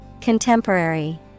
Contemporary